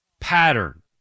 pattern